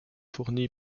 fourni